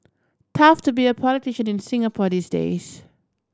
tough to be a politician in Singapore these days